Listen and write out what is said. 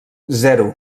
zero